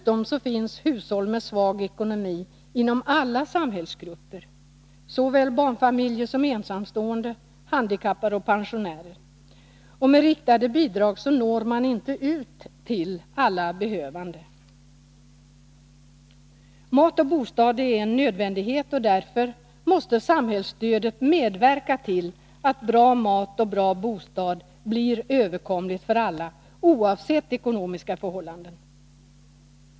Hushåll med svag ekonomi finns dessutom inom alla samhällsgrupper — bland såväl barnfamiljer som ensamstående, handikappade och pensionärer. Med riktade bidrag når man inte ut till alla behövande. Mat och bostad är nödvändigheter, och därför måste samhällsstödet medverka till att bra mat och bra bostad blir överkomligt för alla oavsett ekonomiska förhållanden.